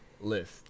List